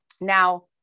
Now